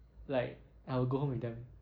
like I will go home with them